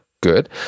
Good